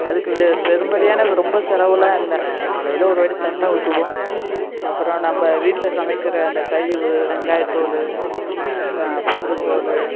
அதுக்கு பெரும்படியான ரொம்ப செலவுலாம் இல்லை காலையில் ஒருவாட்டி தண்ணி ஊற்றுவோம் அப்புறம் நம்ப வீட்டில் சமைக்கிற அந்த கழிவு வெங்காயத்தோல் பூண்டுத்தோல்